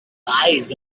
eyes